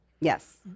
Yes